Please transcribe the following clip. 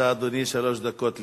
בבקשה, אדוני, שלוש דקות לכבודו.